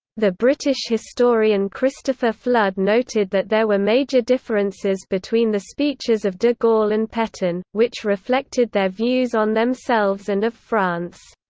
the british historian christopher flood noted that there were major differences between the speeches of de gaulle and petain, which reflected their views on themselves and of france.